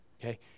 Okay